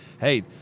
hey